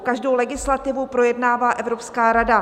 Každou legislativu projednává Evropská rada.